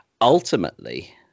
ultimately